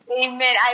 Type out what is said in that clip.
Amen